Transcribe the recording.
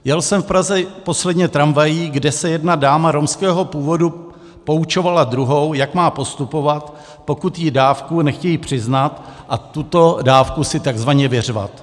Jel jsem v Praze posledně tramvají, kde jedna dáma romského původu poučovala druhou, jak má postupovat, pokud jí dávku nechtějí přiznat, a tuto dávku si takzvaně vyřvat.